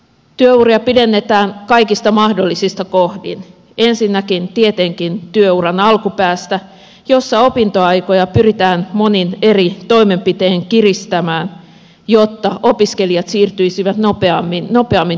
työuria pidennetään kaikista mahdollisista kohdista ensinnäkin tietenkin työuran alkupäästä jossa opintoaikoja pyritään monin eri toimenpitein kiristämään jotta opiskelijat siirtyisivät nopeammin työelämään